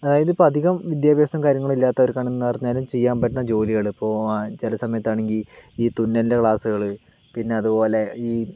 അതായത് ഇപ്പോൾ അധികം വിദ്യാഭ്യാസവും കാര്യങ്ങളും ഇല്ലാത്തവർക്കാണെന്ന് പറഞ്ഞാൽ ചെയ്യാൻ പറ്റണ ജോലിയാണ് ഇപ്പോൾ ചില സമയത്താണെങ്കിൽ ഈ തുന്നലിൻ്റെ ക്ലാസ്സുകൾ പിന്നെ അതുപോലെ ഈ